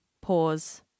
pause